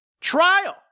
trial